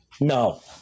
No